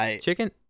Chicken